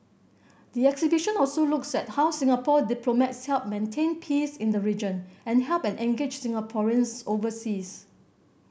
the exhibition also looks at how Singapore diplomats help maintain peace in the region and help and engage Singaporeans overseas